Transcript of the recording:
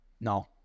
No